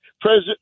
President